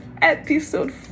episode